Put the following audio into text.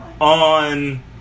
on